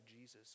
Jesus